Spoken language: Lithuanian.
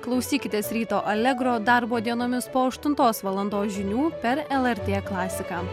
klausykitės ryto alegro darbo dienomis po aštuntos valandos žinių per lrt klasiką